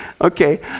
Okay